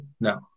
No